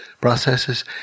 processes